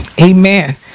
Amen